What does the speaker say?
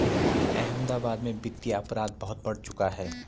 अहमदाबाद में वित्तीय अपराध बहुत बढ़ चुका है